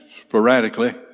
sporadically